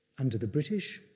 under the british,